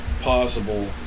possible